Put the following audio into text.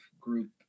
group